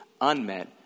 unmet